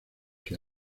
que